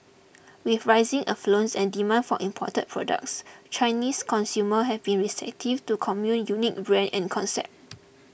with rising affluence and demand for imported products Chinese consumers have been receptive to Commune unique brand and concept